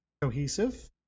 cohesive